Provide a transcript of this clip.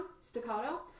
staccato